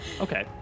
Okay